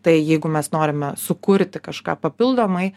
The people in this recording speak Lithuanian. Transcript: tai jeigu mes norime sukurti kažką papildomai